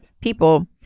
people